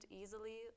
easily